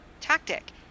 tactic